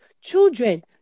children